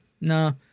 no